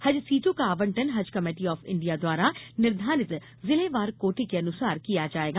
हज सीटों का आवंटन हज कमेटी ऑफ इण्डिया द्वारा निर्धारित जिलेवार कोटे के अनुसार किया जायेगा